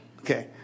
okay